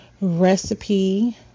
recipe